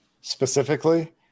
specifically